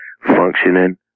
functioning